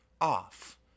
off